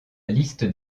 liste